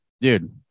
dude